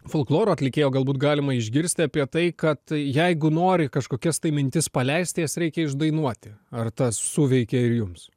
folkloro atlikėjo galbūt galima išgirsti apie tai kad jeigu nori kažkokias tai mintis paleisti jas reikia išdainuoti ar tas suveikia ir jums